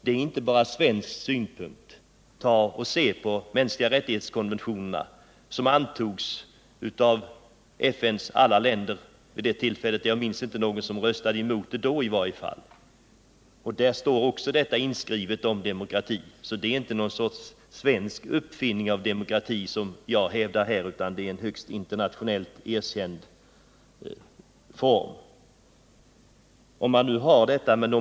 Det är inte bara ur svensk synpunkt. Se på konventionen om de mänskliga rättigheterna som antogs av FN:s alla länder! Jag minns inte att någon röstade emot den då i varje fall. Där står också inskrivet om demokrati, så det är inte någon svensk uppfinning i fråga om demokrati som jag hävdar, utan det är en i högsta grad internationellt erkänd form.